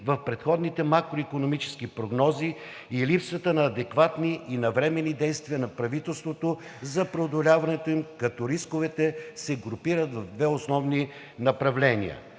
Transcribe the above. в предходните макроикономически прогнози и липсата на адекватни и навременни действия на правителството за преодоляването им. Рисковете се групират в две основни направления: